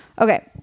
Okay